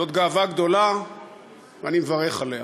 זאת גאווה גדולה ואני מברך עליה,